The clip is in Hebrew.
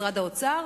משרד האוצר?